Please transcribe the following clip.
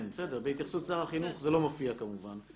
בהתייחסות שר החינוך זה לא מופיע כמובן.